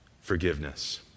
forgiveness